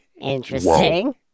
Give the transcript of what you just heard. Interesting